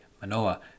Manoa